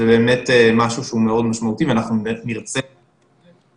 זה באמת משהו שהוא מאוד משמעותי ואנחנו נרצה לעלות,